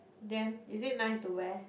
then is it nice to wear